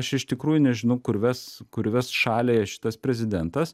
aš iš tikrųjų nežinau kur ves kur ves šalį šitas prezidentas